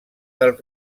del